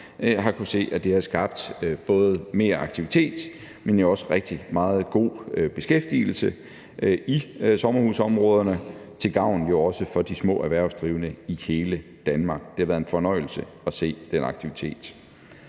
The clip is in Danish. har kunnet se, at det har skabt både mere aktivitet, men også rigtig meget god beskæftigelse i sommerhusområderne – jo også til gavn for de små erhvervsdrivende i hele Danmark. Det har været en fornøjelse at se den aktivitet.